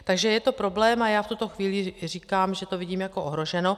Takže je to problém a já v tuto chvíli říkám, že to vidím jako ohroženo.